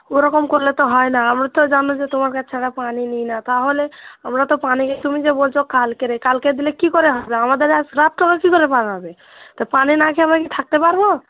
ওরকম করলে তো হয় না আমরা তো জানো যে তোমাকে ছাড়া পানি নিই না তাহলে আমরা তো পানি তুমি যে বলছো কালকে রে কালকে দিলে কী করে হবে আমাদের আজ রাতটা আমরা কী করে পার হবে তা পানি না খেয়ে আমরা কি থাকতে পারব